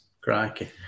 Crikey